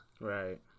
Right